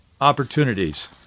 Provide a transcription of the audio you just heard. opportunities